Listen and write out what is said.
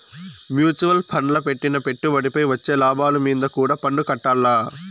mutual ఫండ్ల పెట్టిన పెట్టుబడిపై వచ్చే లాభాలు మీంద కూడా పన్నుకట్టాల్ల